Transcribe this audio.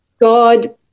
God